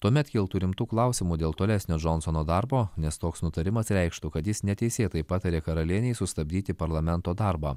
tuomet kiltų rimtų klausimų dėl tolesnio džonsono darbo nes toks nutarimas reikštų kad jis neteisėtai patarė karalienei sustabdyti parlamento darbą